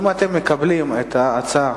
אם אתם מקבלים את ההצעה